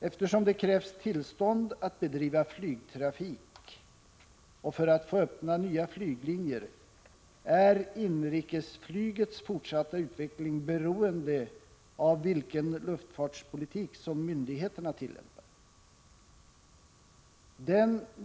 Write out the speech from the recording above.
Eftersom det krävs tillstånd för att bedriva flygtrafik och för att få öppna nya flyglinjer, är inrikesflygets fortsatta utveckling beroende av vilken luftfartspolitik som myndigheterna tillämpar.